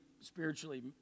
spiritually